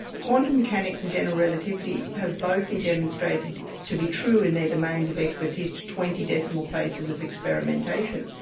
quantum mechanics and general relativity have both been demonstrated to be true in their demands of expertise to twenty decimal places of experimentation.